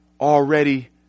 already